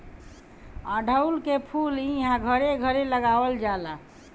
अढ़उल के फूल इहां घरे घरे लगावल जाला